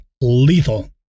lethal